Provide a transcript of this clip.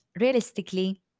realistically